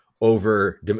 over